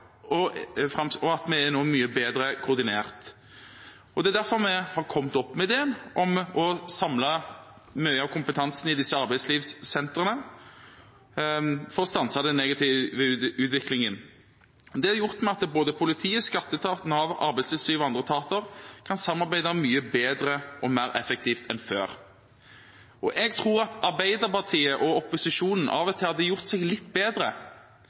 og nå er mye bedre koordinert. Det er derfor vi har kommet opp med ideen om å samle mye av kompetansen i disse arbeidslivssentrene for å stanse den negative utviklingen. Det har gjort at både politiet, Skatteetaten, Nav, Arbeidstilsynet og andre etater kan samarbeide mye bedre og mer effektivt enn før. Jeg tror at Arbeiderpartiets og resten av opposisjonens kritikk av og til hadde gjort seg litt bedre